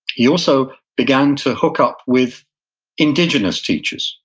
he also began to hook up with indigenous teachers,